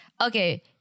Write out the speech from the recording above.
okay